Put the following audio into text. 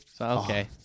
okay